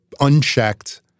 unchecked